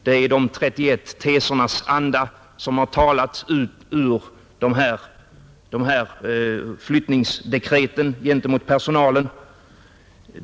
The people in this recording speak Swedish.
Det är de 31 tesernas anda som talat ur de här flyttningsdekreten gentemot personalen.